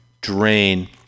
drain